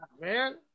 Man